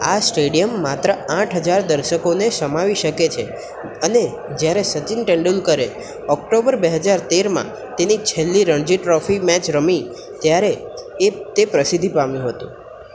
આ સ્ટેડિયમ માત્ર આઠ હજાર દર્શકોને સમાવી શકે છે અને જ્યારે સચિન તેંડુલકરે ઓક્ટોબર બેહજાર તેરમાં તેની છેલ્લી રણજી ટ્રોફી મેચ રમી ત્યારે એ તે પ્રસિદ્ધિ પામ્યો હતો